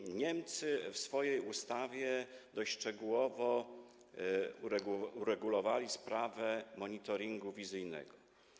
I Niemcy w swojej ustawie dość szczegółowo uregulowali sprawę monitoringu wizyjnego.